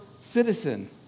citizen